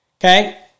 Okay